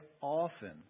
often